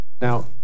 Now